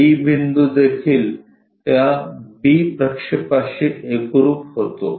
B बिंदू देखील त्या b प्रक्षेपाशी एकरूप होतो